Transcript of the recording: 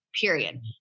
period